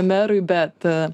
merui bet